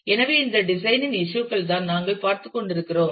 எனவே இந்த டிசைன் இன் இஸ்யூ கள் தான் நாங்கள் பார்த்துக்கொள்கிறோம்